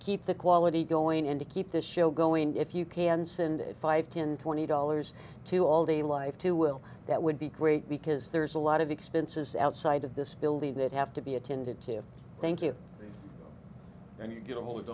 keep the quality going and to keep the show going if you can send five ten twenty dollars to all the life to will that would be great because there's a lot of expenses outside of this building that have to be attended to thank you and you know ho